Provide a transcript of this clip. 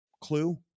clue